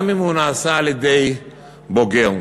גם אם זה נעשה על-ידי בוגר,